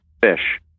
fish